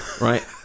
right